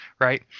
right